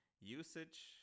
usage